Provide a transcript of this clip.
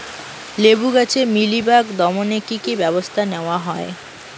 লেবু গাছে মিলিবাগ দমনে কী কী ব্যবস্থা নেওয়া হয়?